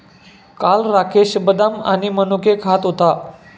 काल राकेश बदाम आणि मनुके खात होता